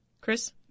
Chris